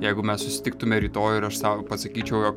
jeigu mes susitiktume rytoj ir aš sau pasakyčiau jog